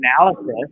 analysis